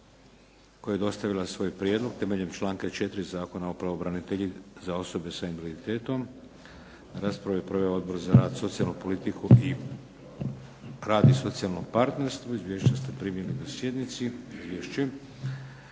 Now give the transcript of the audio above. koja je dostavila svoj prijedlog temeljem članka 4. Zakona o, za osobe sa invaliditetom. Raspravu je proveo Odbor za rad, socijalnu politku i rad i socijalno partnerstvo. Izvješća ste primili na sjednici. Izvješće.